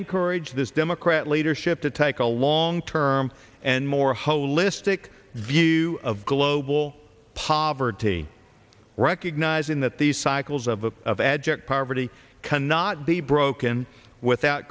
i courage this democrat leadership to take a long term and more holistic view of global poverty recognizing that these cycles of of adjective our body cannot be broken without